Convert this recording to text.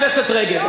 חברת הכנסת רגב.